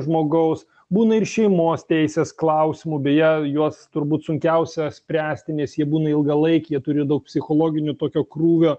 žmogaus būna ir šeimos teisės klausimų beje juos turbūt sunkiausia spręsti nes jie būna ilgalaikiai jie turi daug psichologinių tokio krūvio